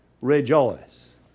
rejoice